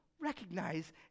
recognize